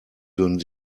würden